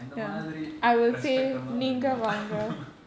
இந்தமாதிரி:indha mathiri respect எல்லாம்வேணாம்:ellam venam